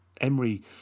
Emery